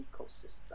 ecosystem